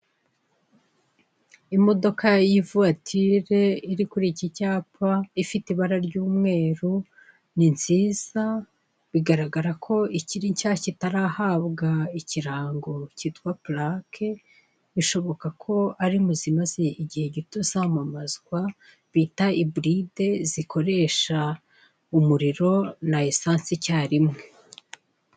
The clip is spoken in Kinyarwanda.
Imodoka y'ivuwatire iri kuri iki cyapa ifite ibara ry'umweru ni nzizaza bigaragara ko ikiri nshya itarahabwa ikirango cyitwa pirake bishoboka ko ari muzimaze igihe gito zamamazwa bita iburide zikoresha umuriro na esanse icyarimwe.